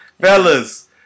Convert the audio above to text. Fellas